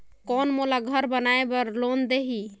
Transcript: कौन मोला घर बनाय बार लोन देही?